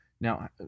Now